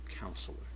counselor